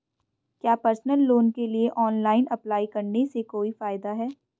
क्या personal loan के लिए ऑनलाइन अप्लाई करने से कोई फायदा है?